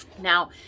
Now